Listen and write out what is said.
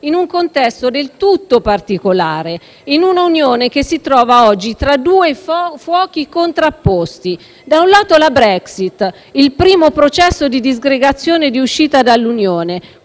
in un contesto del tutto particolare, in un'Unione che si trova oggi tra due fuochi contrapposti: da un lato la Brexit, il primo processo di disgregazione e di uscita dall'Unione